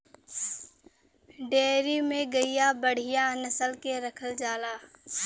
dairy में गइया बढ़िया नसल के रखल जाला